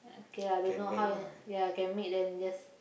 okay I don't know how ya can make then just